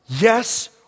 Yes